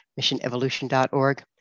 missionevolution.org